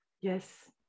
Yes